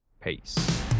Peace